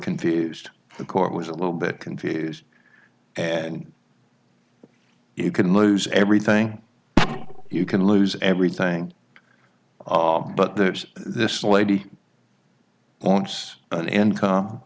confused the court was a little bit confused and you can lose everything you can lose everything ah but there's this lady wants an income